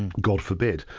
and god forbid.